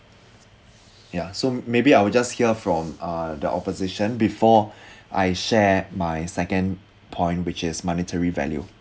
ya so maybe I will just hear from uh the opposition before I share my second point which is monetary value